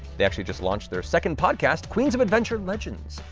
they actually just launched their second podcast, queens of adventure legends,